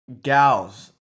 gals